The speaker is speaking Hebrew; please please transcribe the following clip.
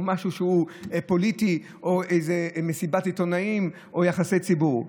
או משהו פוליטי או איזו מסיבת עיתונאים או יחסי ציבור.